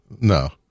No